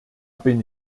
bin